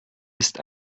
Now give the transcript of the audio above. ist